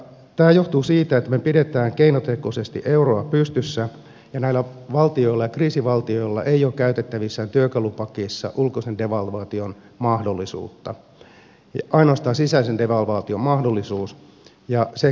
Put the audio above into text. tämä johtuu siitä että me pidämme keinotekoisesti euroa pystyssä ja näillä valtioilla kriisivaltioilla ei ole käytettävissään työkalupakissa ulkoisen devalvaation mahdollisuutta ainoastaan sisäisen devalvaation mahdollisuus